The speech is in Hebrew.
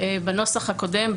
בנוסח הקודם,